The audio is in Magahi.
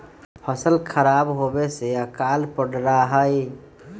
फसल खराब होवे से अकाल पडड़ा हई